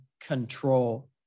control